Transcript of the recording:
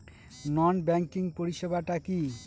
নন banking পরিষেবা টা কি?